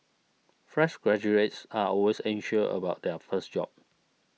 fresh graduates are always anxious about their first job